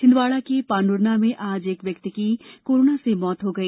छिंदवाड़ा के पांडुरना में आज एक व्यक्ति की कोरोना से मौत हो गई